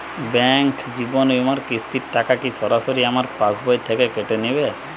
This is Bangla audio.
ব্যাঙ্ক জীবন বিমার কিস্তির টাকা কি সরাসরি আমার পাশ বই থেকে কেটে নিবে?